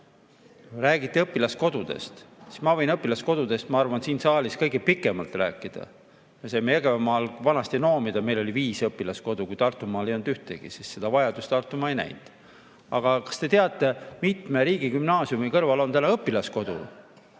Räägiti õpilaskodudest. Ma võin õpilaskodudest enda arvates siin saalis kõige pikemalt rääkida. Me saime Jõgevamaal vanasti noomida, et meil oli viis õpilaskodu, kui Tartumaal ei olnud ühtegi, sest seda vajadust Tartumaa ei näinud. Aga kas te teate, mitme riigigümnaasiumi kõrval on veel õpilaskodu?